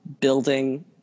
building